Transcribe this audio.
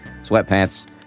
sweatpants